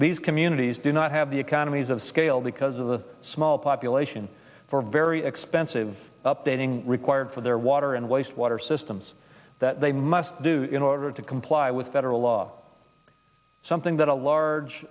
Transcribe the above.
these communities do not have the economies of scale because of the small population for very expensive updating required for their water and waste water systems that they must do in order to comply with federal law something that a large